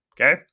Okay